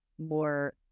more